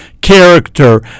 character